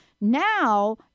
Now